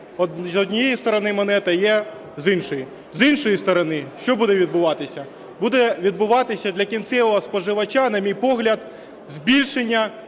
з однієї сторони монета і є з іншої. З іншої сторони що буде відбуватися? Буде відбуватися для кінцевого споживача, на мій погляд, збільшення